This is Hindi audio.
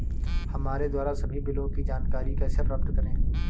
हमारे द्वारा सभी बिलों की जानकारी कैसे प्राप्त करें?